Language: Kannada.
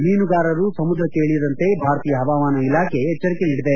ಮೀನುಗಾರರು ಸಮುದ್ರಕ್ಷೆ ಇಳಿಯದಂತೆ ಭಾರತೀಯ ಹವಾಮಾನ ಇಲಾಖೆ ಎಚ್ಚರಿಕೆ ನೀಡಿದೆ